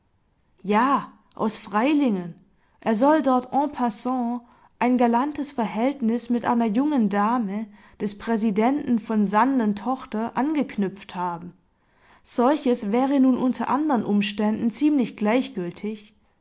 ja aus freilingen er soll dort en passant ein galantes verhältnis mit einer jungen dame des präsidenten v sanden tochter angeknüpft haben solches wäre nun unter andern umständen ziemlich gleichgültig